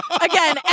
Again